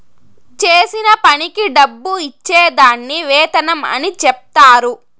చేసిన పనికి డబ్బు ఇచ్చే దాన్ని వేతనం అని చెప్తారు